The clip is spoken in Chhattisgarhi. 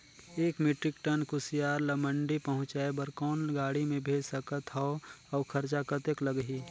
एक मीट्रिक टन कुसियार ल मंडी पहुंचाय बर कौन गाड़ी मे भेज सकत हव अउ खरचा कतेक लगही?